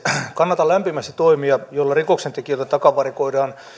kannatan lämpimästi toimia joilla rikoksentekijöiltä takavarikoidaan